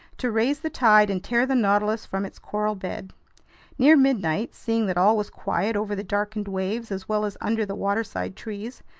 to raise the tide and tear the nautilus from its coral bed near midnight, seeing that all was quiet over the darkened waves as well as under the waterside trees,